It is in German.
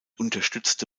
unterstützte